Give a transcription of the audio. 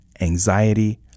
anxiety